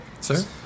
sir